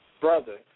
brother